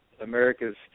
America's